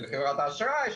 של חברת האשראי,